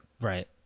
Right